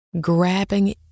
grabbing